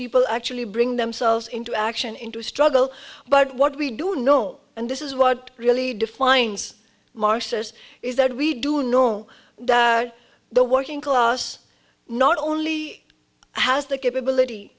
people actually bring themselves into action into struggle but what we do know and this is what really defines marxist is that we do know that the working class not only has the capability